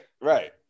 Right